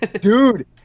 Dude